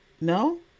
No